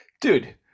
dude